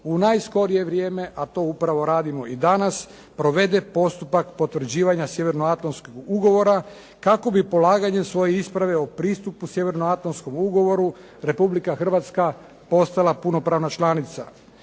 u najskorije vrijeme a to upravo radimo i danas provede postupak potvrđivanja Sjevernoatlanskog ugovora kako bi polaganjem svoje isprave o pristupu Sjevrnoatlanskom ugovoru Republika Hrvatska postala punopravna članica.